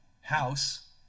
house